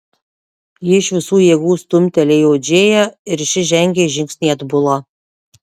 ji iš visų jėgų stumtelėjo džėją ir ši žengė žingsnį atbula